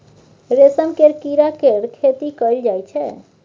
रेशम केर कीड़ा केर खेती कएल जाई छै